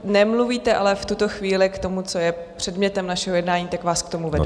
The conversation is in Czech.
Nemluvíte ale v tuto chvíli k tomu, co je předmětem našeho jednání, tak vás k tomu vedu.